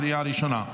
לקריאה ראשונה.